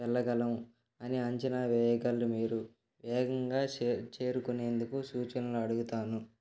వెళ్ళగలము అని అంచనా వేయగలరు మీరు వేగంగా షే చేరుకునేందుకు సూచనలు అడుగుతాను